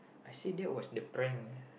I said that was the prank